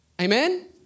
Amen